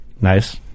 nice